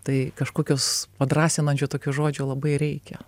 tai kažkokios padrąsinančio tokio žodžio labai reikia